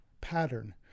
pattern